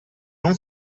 non